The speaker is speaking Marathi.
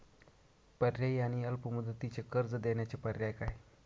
पर्यायी आणि अल्प मुदतीचे कर्ज देण्याचे पर्याय काय?